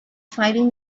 firing